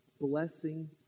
blessing